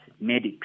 medics